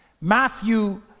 Matthew